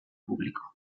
público